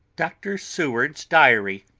dr. seward's diary.